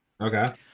Okay